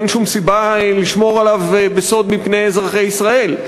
אין שום סיבה לשמור עליו בסוד מפני אזרחי ישראל.